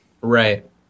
Right